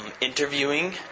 interviewing